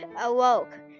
awoke